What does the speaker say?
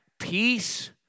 peace